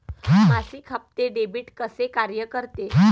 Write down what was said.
मासिक हप्ते, डेबिट कसे कार्य करते